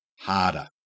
harder